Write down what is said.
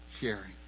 sharing